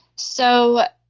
so,